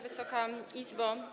Wysoka Izbo!